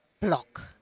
block